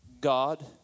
God